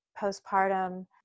postpartum